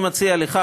אני מציע לך,